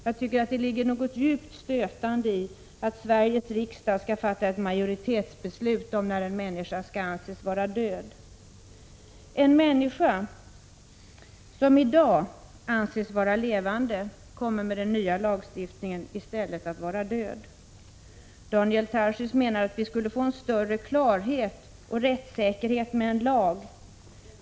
Jag tycker att det ligger något djupt stötande i att Sveriges riksdag skall fatta ett majoritetsbeslut om när en människa skall anses vara död. En människa som i dag anses vara levande kommer med den nya lagstiftningen att i stället anses vara död. Daniel Tarschys menade att vi skulle få större klarhet och rättssäkerhet med en lag.